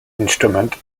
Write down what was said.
instrument